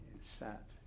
sat